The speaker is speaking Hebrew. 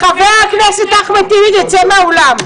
חבר הכנסת אחמד טיבי, תצא מהאולם.